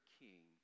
king